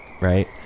right